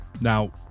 Now